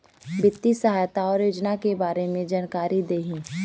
वित्तीय सहायता और योजना के बारे में जानकारी देही?